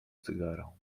cygaro